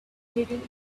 leading